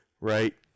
right